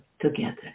together